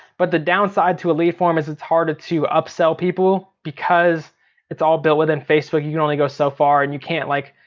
but the downside to a lead form is it's harder to upsell people, because it's all built within facebook you can only go so far and you can't like,